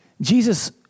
Jesus